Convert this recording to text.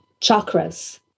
chakras